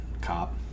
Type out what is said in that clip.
cop